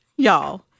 Y'all